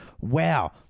wow